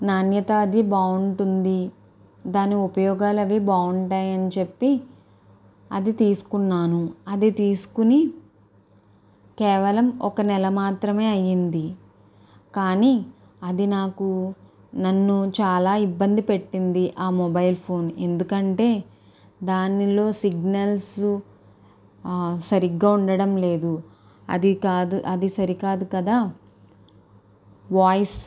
నాణ్యత అది బాగుంటుంది దాని ఉపయోగాలు అవి బాగుంటాయి అని చెప్పి అది తీసుకున్నాను అది తీసుకుని కేవలం ఒక నెల మాత్రమే అయింది కానీ అది నాకు నన్ను చాలా ఇబ్బంది పెట్టింది ఆ మొబైల్ ఫోన్ ఎందుకంటే దానిలో సిగ్నల్స్ సరిగ్గా ఉండడం లేదు అది కాదు అది సరికాదు కదా వాయిస్